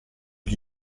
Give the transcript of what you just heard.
gli